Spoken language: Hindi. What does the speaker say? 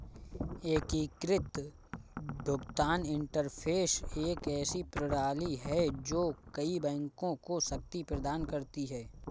एकीकृत भुगतान इंटरफ़ेस एक ऐसी प्रणाली है जो कई बैंकों को शक्ति प्रदान करती है